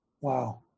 Wow